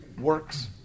works